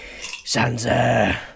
Sansa